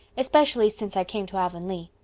especially since i came to avonlea.